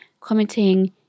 commenting